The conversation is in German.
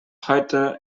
heute